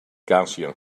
garcia